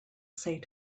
say